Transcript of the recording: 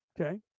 Okay